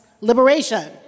Liberation